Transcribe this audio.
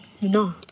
No